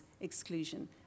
exclusion